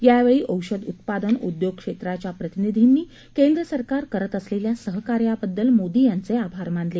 यावेळी औषधं उत्पादन उद्योग क्षेत्राच्या प्रतिनिधींनी केंद्र सरकार करत असलेल्या सहकार्याबद्दल मोदी यांचे आभार मानले